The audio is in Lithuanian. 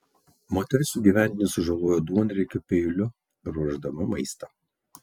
moteris sugyventinį sužalojo duonriekiu peiliu ruošdama maistą